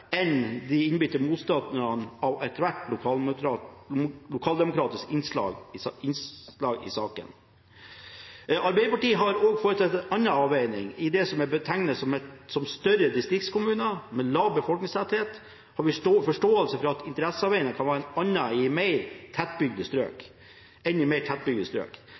enn de innbitte motstanderne av ethvert lokaldemokratisk innslag i saken. Arbeiderpartiet har også foretatt en annen avveining: I det som er betegnet som større distriktskommuner med lav befolkningstetthet, har vi forståelse for at interesseavveiningen kan være en annen enn i mer tettbygde strøk.